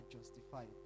justified